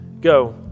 Go